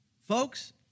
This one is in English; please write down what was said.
Folks